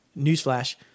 newsflash